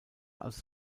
als